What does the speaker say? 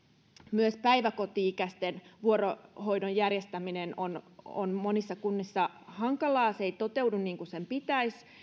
myös päiväkoti ikäisten vuorohoidon järjestäminen on on monissa kunnissa hankalaa se ei toteudu niin kuin sen pitäisi